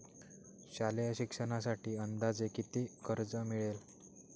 शालेय शिक्षणासाठी अंदाजे किती कर्ज मिळेल?